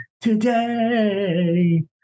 today